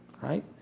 Right